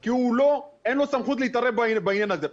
כי אין לו סמכות להתערב בעניין הזה.